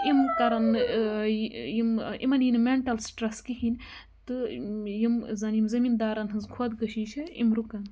یِم کَرَن نہٕ یِم اِمَن یی نہٕ مٮ۪نٹَل سٹرٛس کِہیٖنۍ تہٕ یِم زَن یِم زٔمیٖندارَن ہٕنٛز خۄدکٔشی چھِ یِم رُکَن